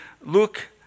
look